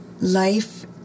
life